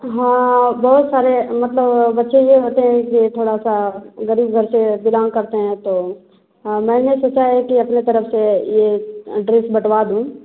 हाँ बहुत सारे मतलब बच्चे ए होते हैं कि थोड़ा सा गरीब घर से बिलॉन्ग करते हैं तो मैंने सोचा है कि अपने तरफ से ए ड्रेस बटवाँ दूँ